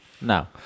No